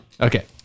Okay